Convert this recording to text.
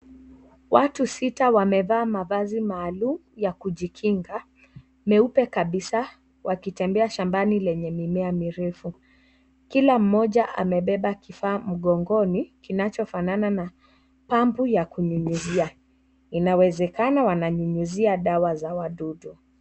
Watu sita wamevaa mavazi maalum ya kujikinga, meupe kabisa wakitembea shambani penye mimea mirefu. Kila mmoja amebeba kifaa mgongoni kinachofanana na pampu ya kunyunyizia. Inawezekana wananyunyizia dawa za wadudu.